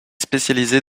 spécialisée